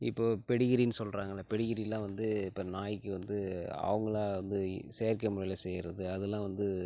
இப்போ பெடிகிரீனு சொல்கிறாங்கள்ல பெடிகிரிலாம் வந்து இப்போ நாய்க்கு வந்து அவங்களா வந்து செயற்கை முறையில் செய்கிறது அதெலாம் வந்து